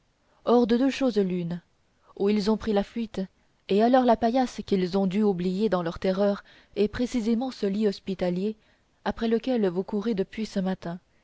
or de deux choses l'une ou ils ont pris la fuite et alors la paillasse qu'ils ont dû oublier dans leur terreur est précisément ce lit hospitalier après lequel vous courez depuis ce matin